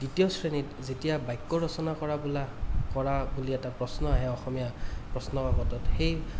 দ্বিতীয় শ্ৰেণীত যেতিয়া বাক্য় ৰচনা কৰা বোলা কৰা বুলি এটা প্ৰশ্ন আহে অসমীয়া প্ৰশ্নকাকতত সেই